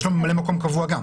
יש לו ממלא-מקום קבוע גם.